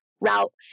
route